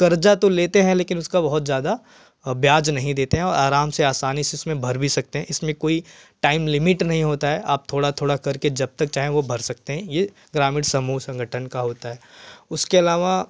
कर्ज़ा तो लेते हैं लेकिन उसका बहुत ज़्यादा व्याज नहीं देते हैं और आराम से आसानी से उसमें भर भी सकते हैं इसमें कोई टाइम लिमिट नहीं होती है आप थोड़ा थोड़ा करके जब तक चाहें वह भर सकते हैं यह ग्रामीण समूह संगठन का होता है उसके आलावा